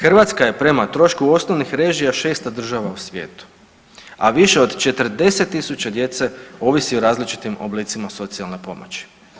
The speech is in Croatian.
Hrvatska je prema trošku osnovnih režija 6. država u svijetu, a više od 40.000 hrvatske djece ovisi o različitim oblicima socijalne pomoći.